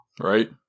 Right